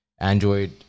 Android